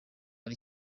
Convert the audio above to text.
ari